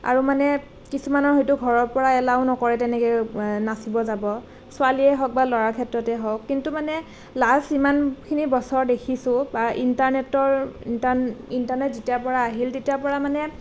আৰু মানে কিছুমানৰ হয়তু ঘৰৰ পৰা এলাও নকৰে তেনেকে নাচিব যাব ছোৱালীয়ে হওক বা ল'ৰা ক্ষেত্ৰতে হওঁক কিন্তু মানে লাষ্ট ইমানখিনি বছৰ দেখিছোঁ বা ইণ্টাৰ্নেটৰ ইণ্টাৰ্নেট যেতিয়াৰ পৰা আহিল তেতিয়াৰ পৰা মানে